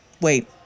Wait